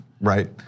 right